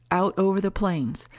out over the plains,